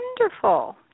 Wonderful